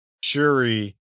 Shuri